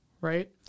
right